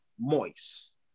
moist